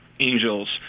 angels